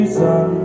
sun